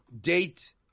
date